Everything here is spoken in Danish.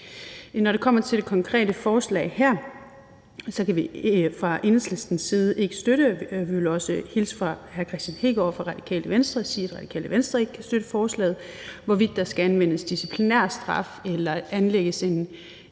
Når det kommer til det konkrete forslag her, kan vi fra Enhedslistens side ikke støtte det, og vi vil også hilse fra hr. Kristian Hegaard og fra Radikale Venstre og sige, at Radikale Venstre ikke kan støtte forslaget. Hvorvidt der skal anvendes en disciplinærstraf eller anlægges en straffesag